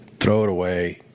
throw it away.